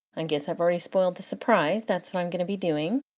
and guess i've already spoiled the surprise that's what i'm going to be doing,